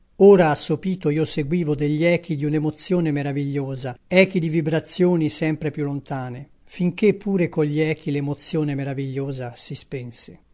ora assopito io seguivo degli echi di un'emozione meravigliosa echi di vibrazioni sempre più lontane fin che pure cogli echi l'emozione meravigliosa si spense